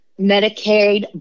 Medicaid